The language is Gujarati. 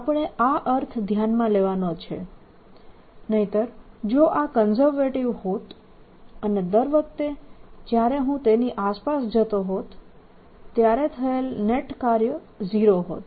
આપણે આ અર્થ ધ્યાનમાં લેવાનો છે નહિંતર જો આ કન્ઝરવેટીવ હોત અને દર વખતે જ્યારે હું તેની આસપાસ જતો હોત ત્યારે થયેલ નેટ કાર્ય 0 હોત